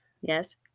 yes